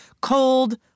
cold